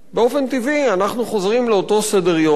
באופן טבעי אנחנו חוזרים לאותו סדר-יום,